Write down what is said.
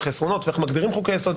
החסרונות ואיך מגדירים חוקי-יסוד,